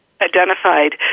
identified